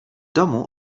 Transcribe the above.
domu